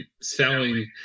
selling